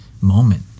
moment